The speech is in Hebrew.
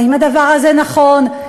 האם הדבר הזה נכון?